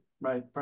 right